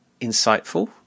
insightful